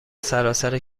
سراسر